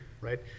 right